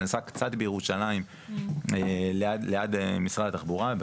זה נעשה קצת בירושלים ליד משרד התחבורה,